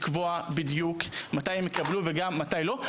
הכוח לקבוע בדיוק מתי הם יקבלו וגם מתי לא.